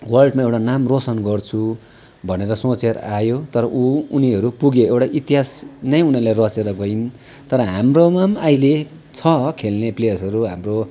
वर्ल्डमा एउटा नाम रोसन गर्छु भनेर सोचेर आयो तर ऊ उनीहरू पुगे एउटा इतिहास नै उनीहरूले रचेर गए तर हाम्रोमा पनि अहिले छ खेल्ने प्लेयर्सहरू हाम्रो